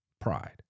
Pride